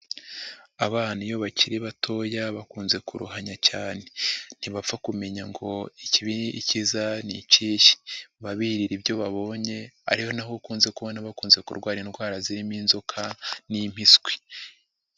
Abana iyo bakiri batoya bakunze kuruhanya cyane, ntibapfa kumenya ngo ikibi, ikiza ni ikihe, baba birira ibyo babonye ari na ho ukunze kubona bakunze kurwara indwara zirimo inzoka n'impiswi.